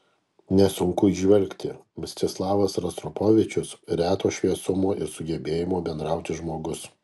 nesunku įžvelgti mstislavas rostropovičius reto šviesumo ir sugebėjimo bendrauti žmogus